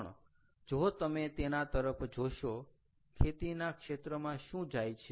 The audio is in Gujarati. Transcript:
પણ જો તમે તેના તરફ જોશો ખેતીના ક્ષ્ત્રમાં શું જાય છે